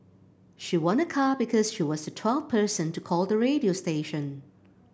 she won a car because she was the twelfth person to call the radio station